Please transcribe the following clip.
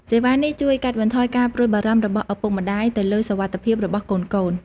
សេវានេះជួយកាត់បន្ថយការព្រួយបារម្ភរបស់ឪពុកម្តាយទៅលើសុវត្ថិភាពរបស់កូនៗ។